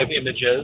images